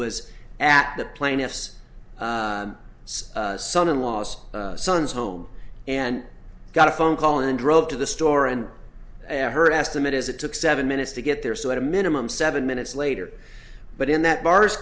was at the plaintiff's son in law's son's home and got a phone call and drove to the store and asked her estimate is it took seven minutes to get there so at a minimum seven minutes later but in that bars